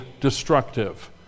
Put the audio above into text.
destructive